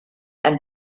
ein